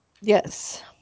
Yes